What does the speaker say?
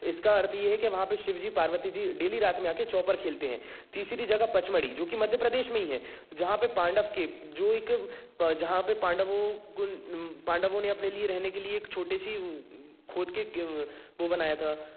इसका अर्थ यह है कि वहाँ पर शिवजी पार्वती जी डेली रात में आकर चौपर खेलते हैं तीसरी जगह पचमढ़ी जो कि मध्य प्रदेश में ही है जहाँ पर पांडव के जो एक जहाँ पर पांडवों पांडवों ने अपने लिए रहने के लिए एक छोटी सी खोद के वो बनाया था